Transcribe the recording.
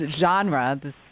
genre